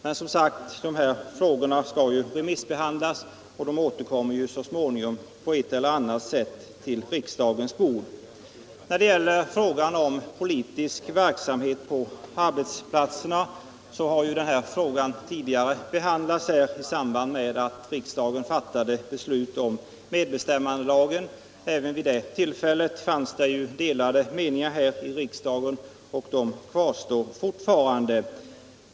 Men, som sagt, de här frågorna skall remissbehandlas och de återkommer så småningom på ett eller annat sätt till riksdagen för - Nr 33 den tidigare behandlats i samband med att riksdagen fattade beslut om I medbestämmandelagen. Även vid det tillfället fanns det delade meningar = Facklig förtroende i riksdagen, och de kvarstår fortfarande.